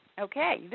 Okay